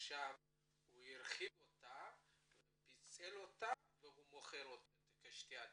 והוא הרחיב ופיצל אותה והוא מוכר כשתי דירות?